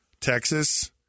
Texas